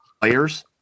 players